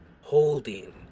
holding